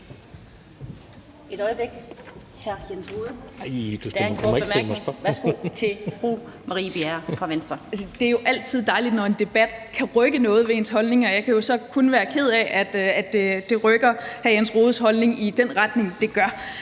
Det er jo altid dejligt, når en debat kan rykke ved ens holdninger. Jeg kan jo så kun være ked af, at det rykker hr. Jens Rohdes holdning i den retning, det gør.